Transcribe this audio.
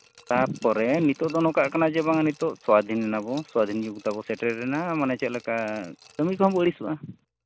ᱛᱟᱨᱯᱚᱨᱮ ᱱᱤᱛᱚᱜ ᱫᱚ ᱱᱚᱝᱠᱟᱜ ᱠᱟᱱᱟ ᱡᱮ ᱵᱟᱝ ᱱᱤᱛᱚᱜ ᱥᱟᱹᱫᱷᱤᱱ ᱟᱵᱚᱱ ᱥᱟᱹᱫᱷᱤᱱ ᱡᱩᱜᱽ ᱛᱟᱵᱚ ᱥᱮᱴᱮᱨᱮᱱᱟ ᱢᱟᱱᱮ ᱪᱮᱫ ᱞᱮᱠᱟ ᱠᱟᱹᱢᱤ ᱠᱚᱦᱚᱸ ᱟᱹᱬᱤᱥᱚᱜᱼᱟ